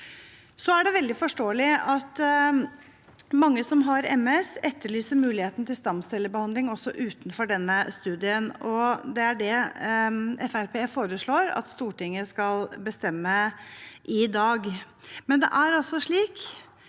Det er veldig forståelig at mange som har MS, etterlyser muligheten til stamcellebehandling også utenfor denne studien. Det er det Fremskrittspartiet foreslår at Stortinget skal bestemme i dag.